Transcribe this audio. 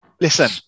listen